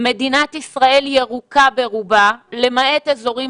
שמדינת ישראל ירוקה ברובה למעט אזורים